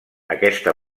aquesta